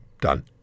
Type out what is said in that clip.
done